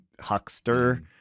huckster